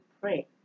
pray